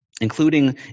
Including